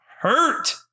hurt